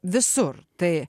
visur tai